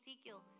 Ezekiel